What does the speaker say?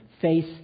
face